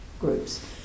groups